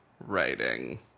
writing